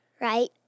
Right